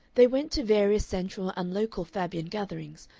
they went to various central and local fabian gatherings,